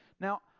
Now